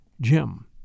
Jim